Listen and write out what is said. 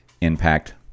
impact